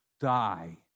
die